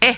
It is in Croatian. E